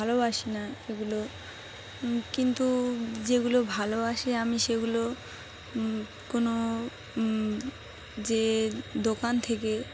ভালোবাসি না এগুলো কিন্তু যেগুলো ভালোবাসি আমি সেগুলো কোনো যে দোকান থেকে